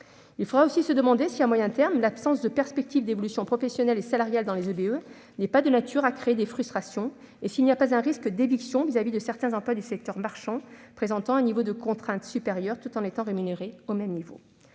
Il faudra aussi se demander si, à moyen terme, l'absence de perspective d'évolution professionnelle et salariale dans les EBE n'est pas de nature à créer des frustrations et s'il n'existe pas un risque d'effet d'éviction par rapport à certains emplois du secteur marchand qui présenteraient un niveau supérieur de contraintes tout en étant rémunérés au même niveau.